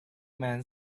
man